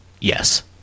Yes